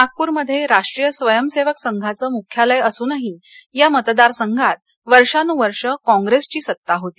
नागपूरमध्ये राष्ट्रीय स्वयंसेवक संघाचं मुख्यालय असूनही या मतदारसंघात वर्षानुवर्ष काँग्रेसची सत्ता होती